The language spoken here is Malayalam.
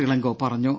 ഇളങ്കോ പറഞ്ഞു